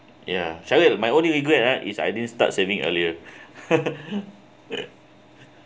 ya sharil my only regret ha is I didn't start saving earlier